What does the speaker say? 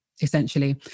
essentially